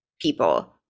people